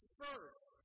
first